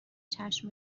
چشم